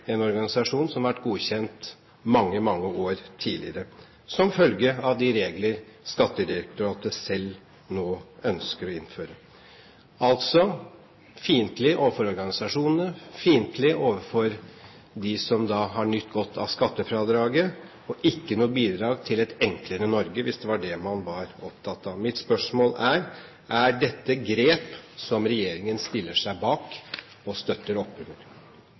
en organisasjon som har vært godkjent mange år tidligere, som følge av de regler Skattedirektoratet selv nå ønsker å innføre. Altså: Man er fiendtlig overfor organisasjonene, man er fiendtlig overfor dem som har nytt godt av skattefradraget – og det er ikke noe bidrag til et enklere Norge, hvis det var det man var opptatt av. Mitt spørsmål er: Er dette grep som regjeringen stiller seg bak og støtter opp